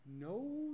no